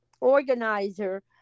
organizer